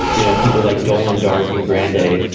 you know people like dolan dark and grandayy.